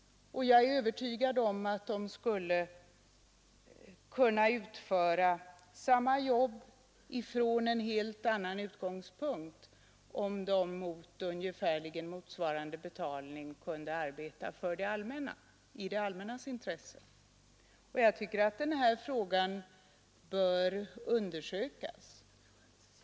Jag är övertygad om att de skulle kunna utföra samma jobb från en helt annan utgångspunkt, om de mot ungefär motsvarande betalning kunde arbeta i det allmännas intresse. Den här frågan bör enligt min mening undersökas.